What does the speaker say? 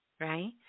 right